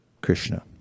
Krishna